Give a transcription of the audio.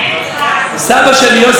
סבא שלי יוסף,